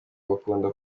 bakunda